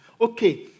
Okay